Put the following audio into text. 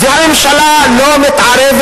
והממשלה לא מתערבת